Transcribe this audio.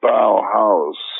Bauhaus